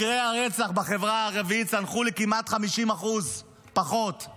מקרי הרצח בחברה הערבית צנחו לכמעט 50% פחות,